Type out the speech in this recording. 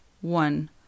one